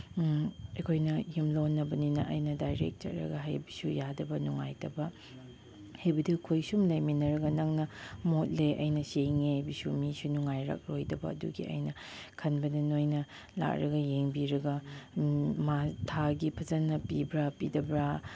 ꯑꯩꯈꯣꯏꯅ ꯌꯨꯝꯂꯣꯟꯅꯕꯅꯤꯅ ꯑꯩꯅ ꯗꯥꯏꯔꯦꯛ ꯆꯠꯂꯒ ꯍꯥꯏꯕꯁꯨ ꯌꯥꯗꯕ ꯅꯨꯡꯉꯥꯏꯇꯕ ꯍꯥꯏꯕꯗꯨ ꯑꯩꯈꯣꯏ ꯁꯨꯝ ꯂꯩꯃꯤꯟꯅꯔꯒ ꯅꯪꯅ ꯃꯣꯠꯂꯦ ꯑꯩꯅ ꯁꯦꯡꯉꯦ ꯍꯥꯏꯕꯁꯨ ꯃꯤꯁꯨ ꯅꯨꯡꯉꯥꯏꯔꯛꯑꯣꯏꯗꯕ ꯑꯗꯨꯒꯤ ꯑꯩꯅ ꯈꯟꯕꯗ ꯅꯣꯏꯅ ꯂꯥꯛꯂꯒ ꯌꯦꯡꯕꯤꯔꯒ ꯃꯥ ꯊꯥꯒꯤ ꯐꯖꯅ ꯄꯤꯕ꯭ꯔꯥ ꯄꯤꯗꯕ꯭ꯔꯥ